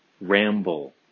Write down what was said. ramble